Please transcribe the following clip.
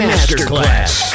Masterclass